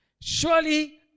surely